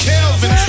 Kelvin